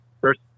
first